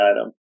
item